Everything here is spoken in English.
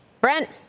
Brent